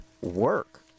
work